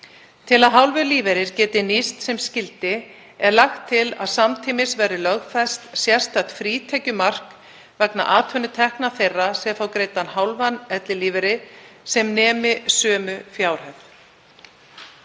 Til að hálfur lífeyrir geti nýst sem skyldi er lagt til að samtímis verði lögfest sérstakt frítekjumark vegna atvinnutekna þeirra sem fá greiddan hálfan ellilífeyri sem nemi sömu fjárhæð.